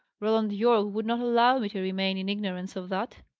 roland yorke would not allow me to remain in ignorance of that.